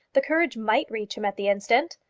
the courage might reach him at the instant.